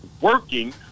working